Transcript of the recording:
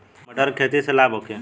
मटर के खेती से लाभ होखे?